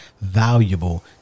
valuable